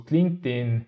LinkedIn